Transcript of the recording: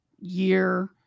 year